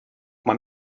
man